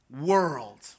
world